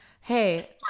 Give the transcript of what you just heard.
Hey